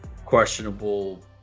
questionable